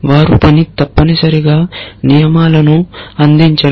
వారి పని తప్పనిసరిగా నియమాలను అందించడం